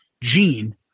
Gene